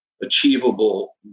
achievable